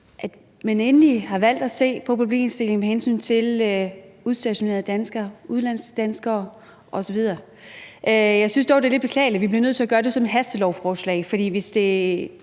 at man endelig har valgt at se på problemstillingen med udstationerede danskere, udlandsdanskere osv. Jeg synes dog, det er lidt beklageligt, at vi bliver nødt til at gøre det som et hastelovforslag. For hvis